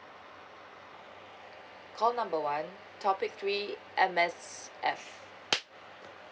call number one topic three M_S_F